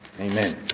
Amen